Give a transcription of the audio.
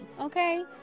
Okay